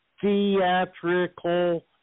Theatrical